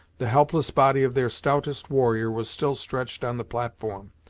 the helpless body of their stoutest warrior was still stretched on the platform,